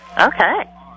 Okay